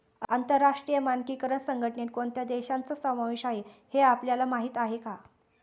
आंतरराष्ट्रीय मानकीकरण संघटनेत कोणत्या देशांचा समावेश आहे हे आपल्याला माहीत आहे का?